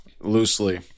loosely